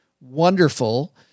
wonderful